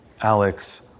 Alex